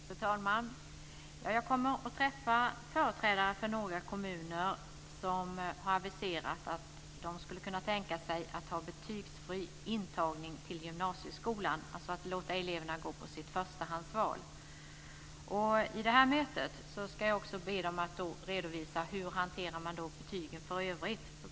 Fru talman! Jag kommer att träffa företrädare för några kommuner som har aviserat att de skulle kunna tänka sig att ha betygsfri intagning till gymnasieskolan, alltså att låta eleverna få sina förstahandsval tillgodosedda. Vid detta möte ska jag också be dem att redovisa hur man hanterar betygen för övrigt.